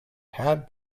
had